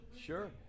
sure